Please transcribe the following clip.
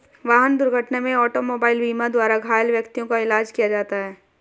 वाहन दुर्घटना में ऑटोमोबाइल बीमा द्वारा घायल व्यक्तियों का इलाज किया जाता है